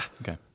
Okay